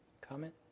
comment